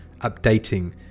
updating